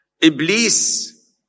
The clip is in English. Iblis